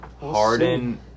Harden